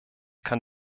kann